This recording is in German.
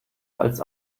als